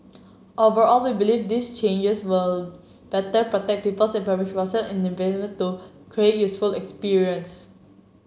overall we believe these changes will better protect people's enabling to useful experience